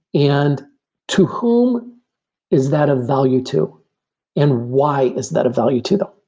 and to whom is that of value to and why is that of value to them?